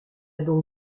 donc